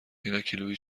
ایناکیلویی